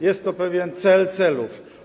Jest to pewien cel celów.